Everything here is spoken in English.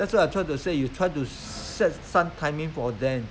that's why I try to say you try to set some timing for them